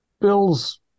Bill's